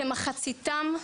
כמחציתם,